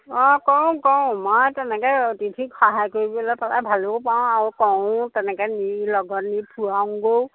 অঁ কৰোঁ কৰোঁ মই তেনেকৈ অতিথিক সহায় কৰিবলৈ পালে ভালো পাওঁ আৰু কৰোঁও তেনেকৈ নি লগত নি ফুৰাওগৈও